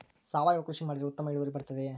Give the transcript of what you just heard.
ಸಾವಯುವ ಕೃಷಿ ಮಾಡಿದರೆ ಉತ್ತಮ ಇಳುವರಿ ಬರುತ್ತದೆಯೇ?